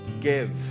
give